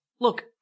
Look